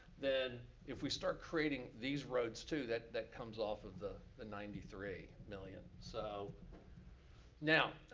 then if we start creating these roads too, that that comes off of the the ninety three million. so now,